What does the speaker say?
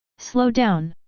slow down?